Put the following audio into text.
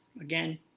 Again